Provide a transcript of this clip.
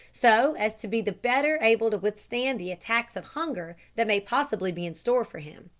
so as to be the better able to withstand the attacks of hunger that may possibly be in store for him.